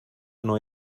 neu